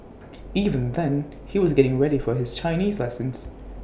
even then he was getting ready for his Chinese lessons